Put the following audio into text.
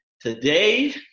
today